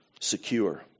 secure